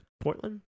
Portland